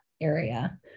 area